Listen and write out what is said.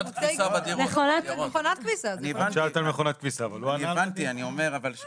אבל אני אומר,